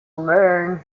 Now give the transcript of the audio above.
learn